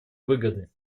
выгоды